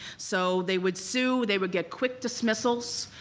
so they would sue, they would get quick dismissals.